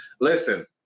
Listen